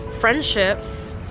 friendships